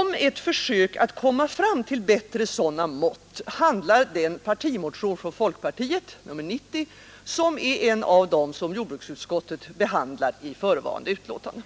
Om ett försök att komma fram till bättre sådana mått handlar den partimotion från folkpartiet, nr 90, som är en av dem som jordbruksutskottet behandlar i förevarande betänkande.